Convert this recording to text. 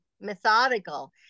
methodical